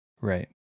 Right